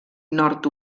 nord